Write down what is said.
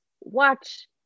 watch